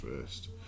first